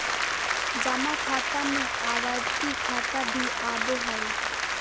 जमा खाता में आवर्ती खाता भी आबो हइ